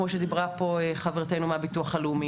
כמו שדיברה פה חברתנו ממשרד הרווחה,